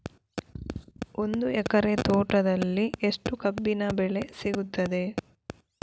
ಒಂದು ಎಕರೆ ತೋಟದಲ್ಲಿ ಎಷ್ಟು ಕಬ್ಬಿನ ಬೆಳೆ ಸಿಗುತ್ತದೆ?